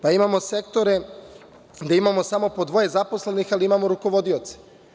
Pa imamo podsektore gde imamo samo po dvoje zaposlenih, ali imamo rukovodioce.